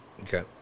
Okay